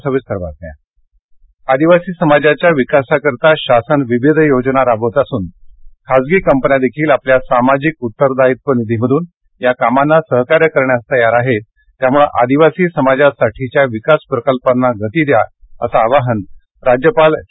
राज्यपालः आदिवासी समाजाच्या विकासाकरिता शासन विविध योजना राबवित असून खाजगी कंपन्यादेखील आपल्या सामाजिक उत्तरदायित्व निधीमधून या कामांना सहकार्य करण्यास तयार आहेत त्यामुळं आदिवासी समाजासाठीच्या विकास प्रकल्पांना गती द्या असं आवाहन राज्यपाल चे